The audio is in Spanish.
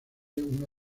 una